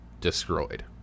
destroyed